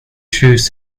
choose